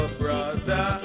brother